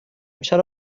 چرا